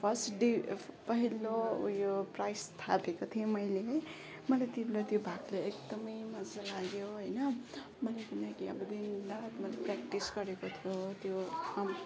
first day पहिलो उयो price थापेको थिएँ मैले है मैले तिमीलाई त्यो भागले एकदमै मज्जा लाग्यो होइन मैले किनकि अब दिनरात मैले प्र्याक्टिस गरेको थियो त्यो